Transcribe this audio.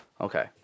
Okay